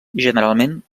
generalment